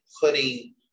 putting